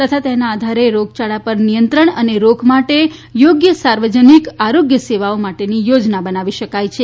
તથા તેના આધારે રોગયાળા પર નિયંત્રણ અને રોક માટે યોગ્ય સાર્વજનિક આરોગ્ય સેવાઓ માટેની યોજના બનાવી શકાય છે